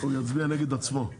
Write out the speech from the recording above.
הוא יצביע נגד עצמו.